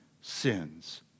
sins